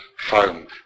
home